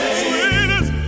sweetest